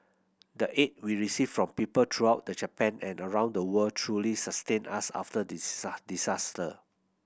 the aid we received from people throughout the Japan and around the world truly sustained us after the disaster